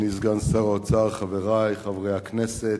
אדוני סגן שר האוצר, חברי חברי הכנסת,